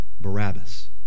Barabbas